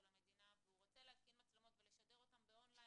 המדינה והוא רוצה להתקין מצלמות ולשדר on line,